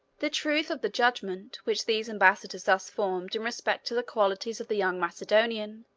the truth of the judgment which these embassadors thus formed in respect to the qualities of the young macedonian,